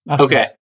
Okay